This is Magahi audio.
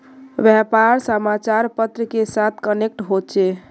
व्यापार समाचार पत्र के साथ कनेक्ट होचे?